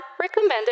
recommended